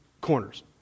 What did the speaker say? corners